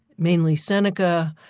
namely seneca,